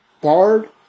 Bard